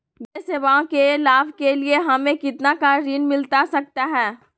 विशेष सेवाओं के लाभ के लिए हमें कितना का ऋण मिलता सकता है?